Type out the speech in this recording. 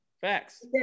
Facts